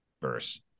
verse